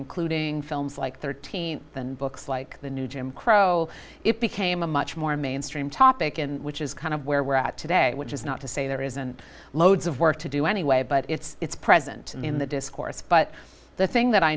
in clued in films like thirteen and books like the new jim crow it became a much more mainstream topic and which is kind of where we're at today which is not to say there isn't loads of work to do anyway but it's present in the discourse but the thing that i